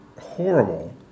horrible